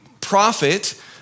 prophet